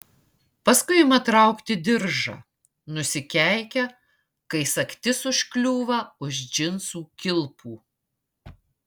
paskui ima traukti diržą nusikeikia kai sagtis užkliūva už džinsų kilpų